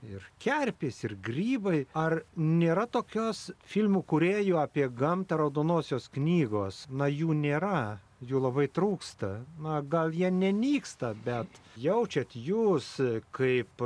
ir kerpės ir grybai ar nėra tokios filmų kūrėjų apie gamtą raudonosios knygos nuo jų nėra jų labai trūksta na gal jie nenyksta bet jaučiate jūs kaip